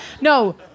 No